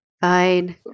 fine